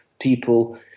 people